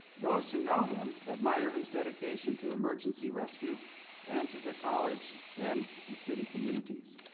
those who know him, admire his dedication to emergency rescue and to the college, and the city communities.